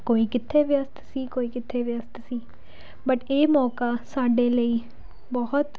ਕੋਈ ਕਿੱਥੇ ਵਿਅਸਤ ਸੀ ਕੋਈ ਕਿੱਥੇ ਵਿਅਸਤ ਸੀ ਬਟ ਇਹ ਮੌਕਾ ਸਾਡੇ ਲਈ ਬਹੁਤ